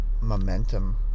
momentum